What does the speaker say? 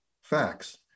facts